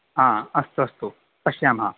हा अस्तु अस्तु पश्यामः